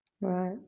Right